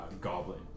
goblin